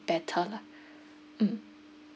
better lah mm